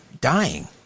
dying